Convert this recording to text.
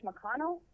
McConnell